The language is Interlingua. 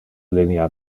linea